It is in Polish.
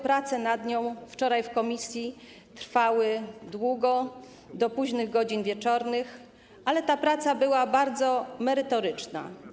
Prace nad nią wczoraj w komisji trwały długo, do późnych godzin wieczornych, ale ta praca była bardzo merytoryczna.